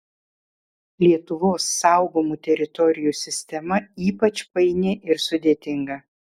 lietuvos saugomų teritorijų sistema ypač paini ir sudėtinga